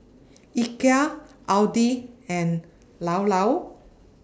Ikea Audi and Llao Llao